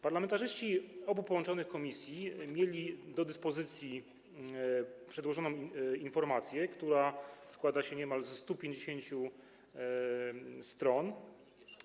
Parlamentarzyści obu połączonych komisji mieli do dyspozycji przedłożoną informację, która składa się niemal ze 150 stron.